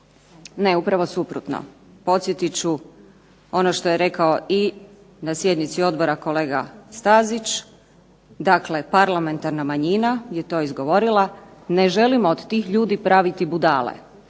Ne, upravo suprotno. Podsjetit ću ono što je rekao i na sjednici odbora kolega Stazić, dakle parlamentarna manjina je to izgovorila, ne želimo od tih ljudi praviti budale.